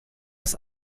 ist